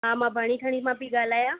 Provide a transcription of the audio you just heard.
हा मां बाणी ठणी मां पई ॻाल्हायां